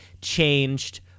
changed